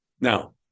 Now